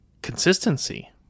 consistency